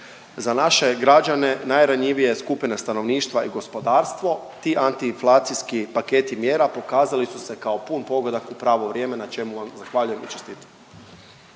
Za naše je građane najranjivija je skupina stanovništva i gospodarstvo, ti antiinflacijski paketi mjera pokazali su se kao pun pogodak u pravo vrijeme, na čemu vam zahvaljujem i čestitam.